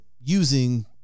using